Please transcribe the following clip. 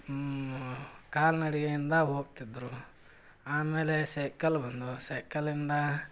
ಕಾಲ್ನಡಿಗೆಯಿಂದ ಹೋಗ್ತಿದ್ದರು ಆಮೇಲೆ ಸೈಕಲ್ ಬಂದವು ಸೈಕಲ್ಲಿಂದ